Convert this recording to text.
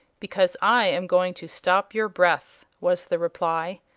because i am going to stop your breath, was the reply.